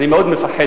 אני מאוד מפחד,